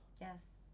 Yes